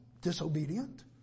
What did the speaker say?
disobedient